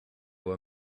were